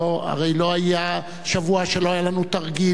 הרי לא היה שבוע שלא היה לנו תרגיל,